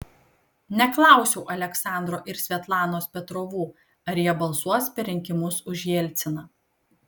neklausiau aleksandro ir svetlanos petrovų ar jie balsuos per rinkimus už jelciną